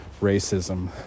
racism